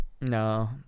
No